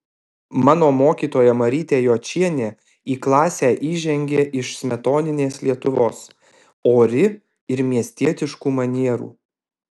mano mokytoja marytė jočienė į klasę įžengė iš smetoninės lietuvos ori ir miestietiškų manierų